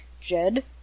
Jed